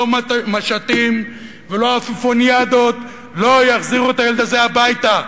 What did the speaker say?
לא משטים ולא עפיפוניאדות יחזירו את הילד הזה הביתה.